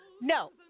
No